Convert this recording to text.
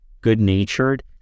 good-natured